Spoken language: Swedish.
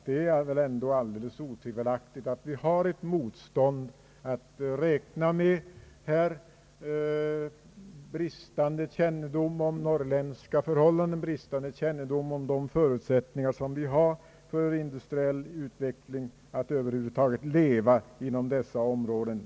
Det är alldeles otvivelaktigt så att vi har att räkna med ett motstånd — en bristande kännedom om norrländska förhållanden, en bristande kännedom om de förutsättningar vi har för industriell utveckling och för att över huvud taget leva inom dessa områden.